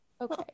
okay